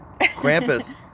Krampus